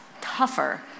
tougher